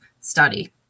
study